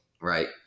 right